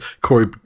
Corey